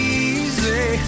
easy